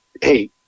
hey